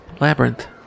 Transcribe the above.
Labyrinth